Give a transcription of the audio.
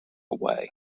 away